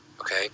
okay